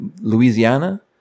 Louisiana